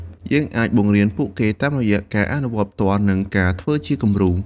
យើងអាចបង្រៀនពួកគេតាមរយៈការអនុវត្តផ្ទាល់ និងការធ្វើជាគំរូ។